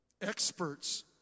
Experts